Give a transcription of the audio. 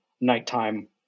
nighttime